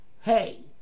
Hey